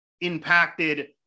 impacted